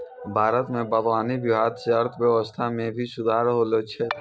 भारत मे बागवानी विभाग से अर्थव्यबस्था मे भी सुधार होलो छै